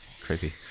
creepy